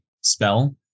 spell